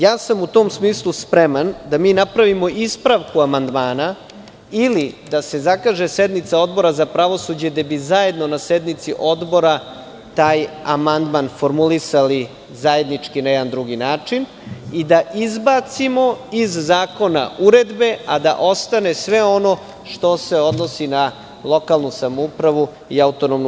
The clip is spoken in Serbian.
Ja sam u tom smislu spreman da mi napravimo ispravku amandmana ili da se zakaže sednica Odbora za pravosuđe, gde bi zajedno na sednici odbora taj amandman formulisali zajednički na jedan drugi način i da izbacimo iz zakona uredbe, a da ostane sve ono što se odnosi na lokalnu samoupravu i AP Vojvodinu.